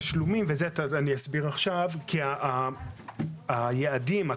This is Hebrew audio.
כי היעדים,